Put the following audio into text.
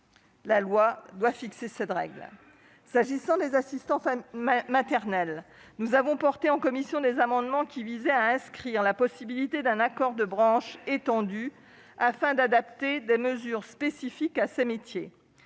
La loi doit fixer cette règle. S'agissant des assistants maternels, nous avons défendu en commission des amendements visant à ouvrir la possibilité d'un accord de branche étendu afin d'élaborer des mesures spécifiquement adaptées à ces métiers.